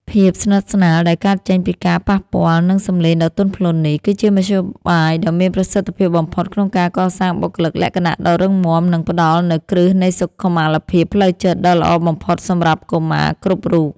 ភាពស្និទ្ធស្នាលដែលកើតចេញពីការប៉ះពាល់ និងសំឡេងដ៏ទន់ភ្លន់នេះ គឺជាមធ្យោបាយដ៏មានប្រសិទ្ធភាពបំផុតក្នុងការកសាងបុគ្គលិកលក្ខណៈដ៏រឹងមាំ និងផ្ដល់នូវគ្រឹះនៃសុខុមាលភាពផ្លូវចិត្តដ៏ល្អបំផុតសម្រាប់កុមារគ្រប់រូប។